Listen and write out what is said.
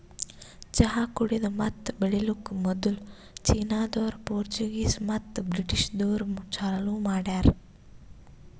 ಚಹಾ ಕುಡೆದು ಮತ್ತ ಬೆಳಿಲುಕ್ ಮದುಲ್ ಚೀನಾದೋರು, ಪೋರ್ಚುಗೀಸ್ ಮತ್ತ ಬ್ರಿಟಿಷದೂರು ಚಾಲೂ ಮಾಡ್ಯಾರ್